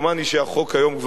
ודומני שהחוק היום,